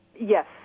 Yes